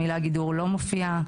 המילה גידור לא מופיע בו.